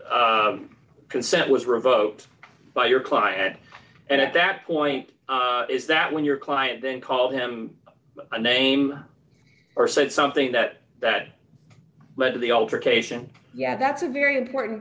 the consent was revoked by your client and at that point is that when your client then called him a name or said something that that led to the altercation yeah that's a very important